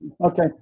Okay